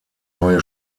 neue